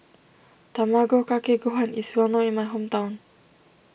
Tamago Kake Gohan is well known in my hometown